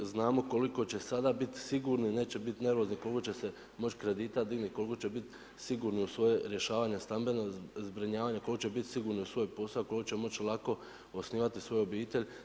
Znamo koliko će sada bit sigurni, neće bit nervozni, koliko će se moći kredita dignuti, koliko će bit sigurni u svoje rješavanje stambenog zbrinjavanja, koliko će biti sigurni u svoj posao, koliko će moći lako osnivati svoju obitelj.